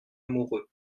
amoureux